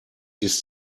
ist